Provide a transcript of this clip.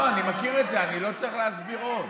לא, אני מכיר את זה, אני לא צריך להסביר עוד.